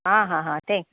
आं हां हां तें